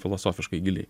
filosofiškai giliai